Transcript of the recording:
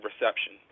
reception